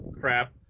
crap